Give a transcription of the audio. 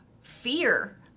fear